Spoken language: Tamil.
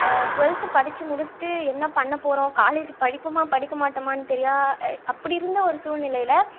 டுவெல்த்து படித்து முடித்துட்டு என்ன பண்ணப்போகிறோம் காலேஜ் படிப்போமா படிக்கமாட்டோமான்னு தெரியா அப்படி இருந்த ஒரு சூழ்நிலையில்